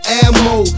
ammo